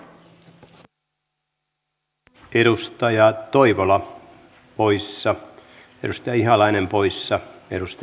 tästä on hyvä jatkaa erittäin tärkeän asian puolesta